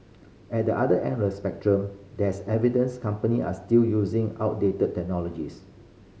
at the other end of the spectrum there is evidence company are still using outdated technologies